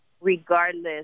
regardless